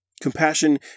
Compassion